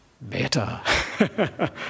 better